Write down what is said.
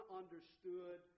understood